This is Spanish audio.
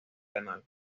canal